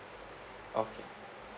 okay